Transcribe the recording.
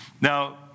Now